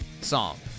song